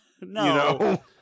No